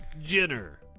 Jenner